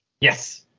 Yes